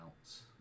else